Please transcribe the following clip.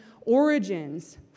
origins